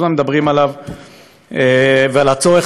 שלפעמים לא מביאה בחשבון את כל הדברים שאותו עוסק צריך להתמודד